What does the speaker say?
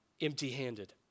empty-handed